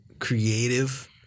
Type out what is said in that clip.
creative